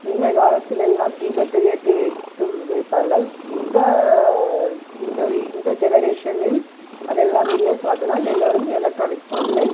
முன்ன காலத்தில் எல்லாம் தீபத்தை ஏற்றி வைத்து வைப்பார்கள் இந்த இந்த இந்த ஜெனரேஷனில் அதெல்லாம் இல்லை ஸோ அதனால் எல்லோரும் எலக்ட்ரானிக் பொருளை